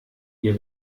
ihr